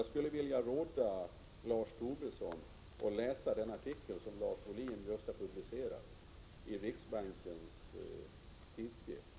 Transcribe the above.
Jag skulle vilja råda Lars Tobisson att läsa den artikel som Lars Wohlin just har publicerat i det senaste numret av Riksbankens tidskrift.